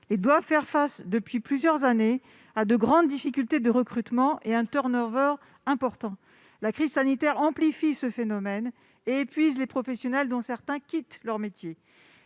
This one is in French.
Ils doivent faire face depuis plusieurs années à de grandes difficultés de recrutement et à un turn-over important. La crise sanitaire amplifie le phénomène et épuise les professionnels ; certains quittent leur métier.